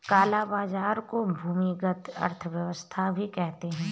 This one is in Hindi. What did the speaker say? काला बाजार को भूमिगत अर्थव्यवस्था भी कहते हैं